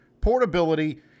Portability